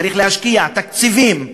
צריך להשקיע תקציבים בחינוך,